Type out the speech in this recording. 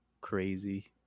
crazy